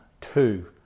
Two